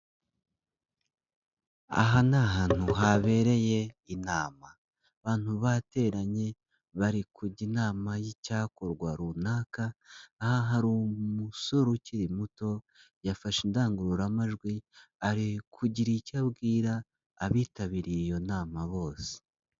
Aha ni ahantu habereye inama, abantu bateranye bari kujya inama y'icyakorwa runaka, aha hari umusore ukiri muto, yafashe indangururamajwi, ari kugira icyo abwira abitabiriye iyo nama bose.